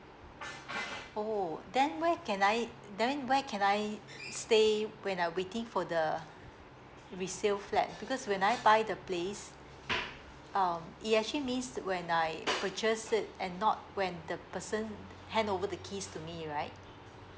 oh then where can I that mean where can I stay when I waiting for the resale flat because when I buy the place um it actually means when I purchase it and not when the person handover the keys to me right